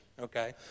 Okay